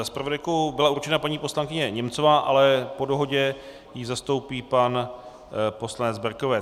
Zpravodajkou byla určena paní poslankyně Němcová, ale po dohodě ji zastoupí pan poslanec Berkovec.